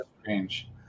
strange